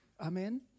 Amen